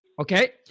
Okay